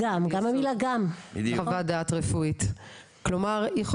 חוות דעת רפואית כלומר,